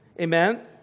Amen